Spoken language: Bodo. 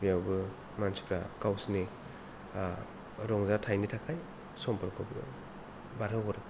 बेयावबो मानसिफ्रा गावसिनि रंजाथायनि थाखाय समफोरखौबो बारहोहरो